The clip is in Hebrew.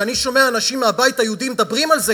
אני שומע אנשים מהבית היהודי מדברים על זה